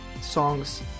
songs